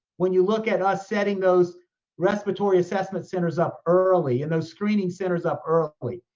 when you look at us setting those respiratory assessment centers up early and those screening centers up early.